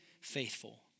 faithful